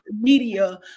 media